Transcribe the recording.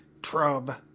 Trub